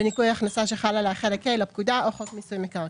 בניכוי הכנסה שחל עליה חלק ה' לפקודה או חוק מיסוי מקרקעין,